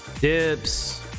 dips